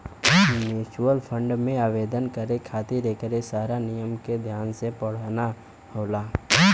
mutual fund में आवेदन करे खातिर एकरे सारा नियम के ध्यान से पढ़ना होला